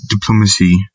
diplomacy